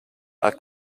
are